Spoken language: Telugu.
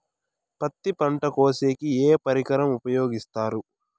పత్తి పంట కోసేకి ఏ పరికరం ఉపయోగిస్తారు?